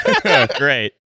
Great